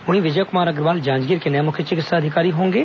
वहीं विजय कुमार अग्रवाल जांजगीर के नए मुख्य चिकित्सा अधिकारी होंगे